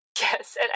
Yes